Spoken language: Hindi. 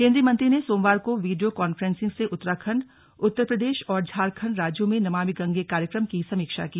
केंद्रीय मंत्री ने सोमवार को वीडियो कांफ्रेंसिंग से उत्तराखण्ड उत्तर प्रदेश झारखण्ड में नमामि गंगे कार्यक्रम की समीक्षा की